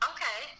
Okay